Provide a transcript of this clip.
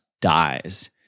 dies